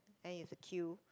then you've to queue